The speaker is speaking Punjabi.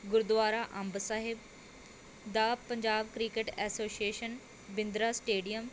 ਗੁਰਦੁਆਰਾ ਅੰਬ ਸਾਹਿਬ ਦਾ Punjab cricket association Bindra stadium